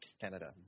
Canada